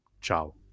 ciao